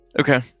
Okay